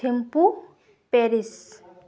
Thimphu Paris